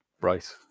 Right